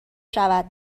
شود